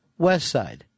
Westside